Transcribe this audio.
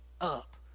up